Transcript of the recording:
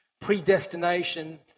predestination